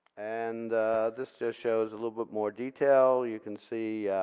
and this just shows a little bit more detail, you can see